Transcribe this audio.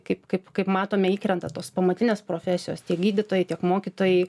kaip kaip kaip matome įkrenta tos pamatinės profesijos tiek gydytojai tiek mokytojai